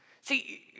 See